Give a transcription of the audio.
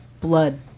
blood